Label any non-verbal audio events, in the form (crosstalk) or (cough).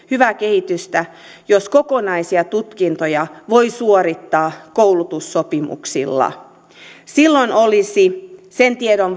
hyvää kehitystä jos kokonaisia tutkintoja voi suorittaa koulutussopimuksilla silloin olisi sen tiedon (unintelligible)